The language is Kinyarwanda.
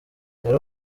yari